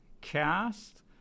cast